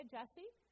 Jesse